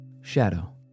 Shadow